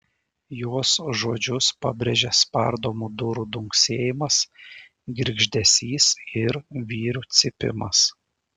jos žodžius pabrėžė spardomų durų dunksėjimas girgždesys ir vyrių cypimas